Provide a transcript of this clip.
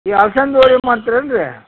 ಅಲ್ಸಂದೆ ಹೋಳ್ಗಿ ಮಾಡ್ತಿರಾ ಏನ್ರೀ